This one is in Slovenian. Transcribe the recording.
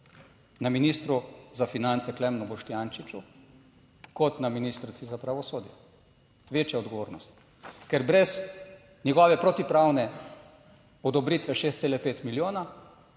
na ministru za finance Klemnu Boštjančiču kot na ministrici za pravosodje. Večja odgovornost, ker brez njegove protipravne odobritve 6,5 milijona,